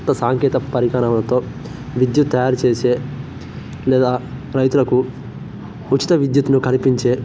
కొత్త సాంకేత పరికరాలతో విద్యుత్ తయారు చేసే లేదా రైతులకు ఉచిత విద్యుత్ను కల్పించే